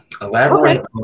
elaborate